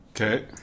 Okay